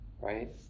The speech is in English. right